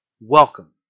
Welcome